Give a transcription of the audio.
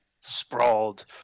sprawled